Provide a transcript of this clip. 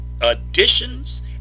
additions